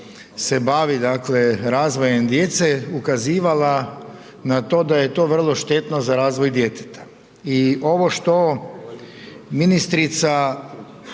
Hvala.